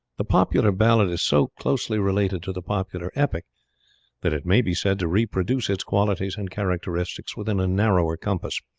the popular ballad is so closely related to the popular epic that it may be said to reproduce its qualities and characteristics within a narrower compass,